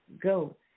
go